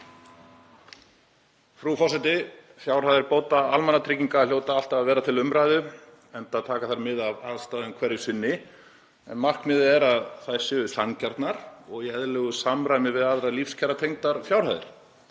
Frú forseti. Fjárhæðir bóta almannatrygginga hljóta alltaf að vera til umræðu enda taka þær mið af aðstæðum hverju sinni en markmiðið er að þær séu sanngjarnar og í eðlilegu samræmi við aðrar lífskjaratengdar fjárhæðir.